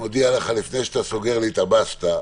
לפני שאתה סוגר לי את הבאסטה,